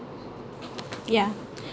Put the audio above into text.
yeah